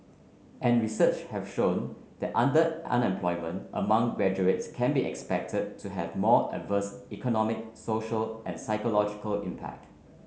and research have shown that amongst graduates can be expected to have more adverse economic social and psychological impact